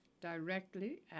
directly